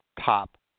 top